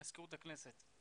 הצעת החוק במזכירות הכנסת.